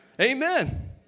Amen